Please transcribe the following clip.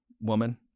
woman